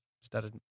started